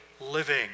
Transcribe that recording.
living